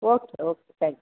okay okay thanks